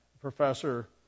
professor